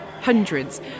hundreds